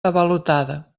avalotada